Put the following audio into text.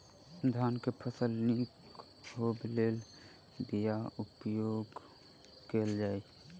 धान केँ फसल निक होब लेल केँ बीया उपयोग कैल जाय?